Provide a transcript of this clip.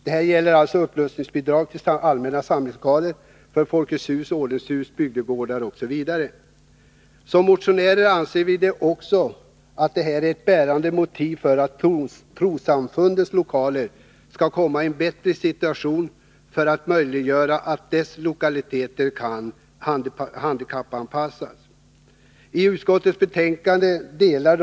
Förslaget gäller för upprustningsbidrag till allmänna samlingslokaler, såsom folketshuslokaler, ordenshus, bygdegårdar osv. Som motionärer anser vi att den i detta förslag anförda motiveringen är tillämplig också när det gäller möjligheterna att förbättra handikappanpass ningen av trossamfundens lokaliteter.